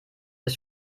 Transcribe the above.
ist